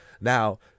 Now